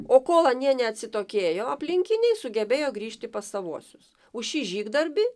o kol anie neatsitokėjo aplinkiniai sugebėjo grįžti pas savuosius už šį žygdarbį